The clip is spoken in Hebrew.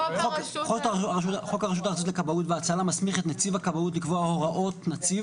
חוק הרשות הארצית לכבאות והצלה מסמיך את נציב הכבאות לקבוע הוראות נציב.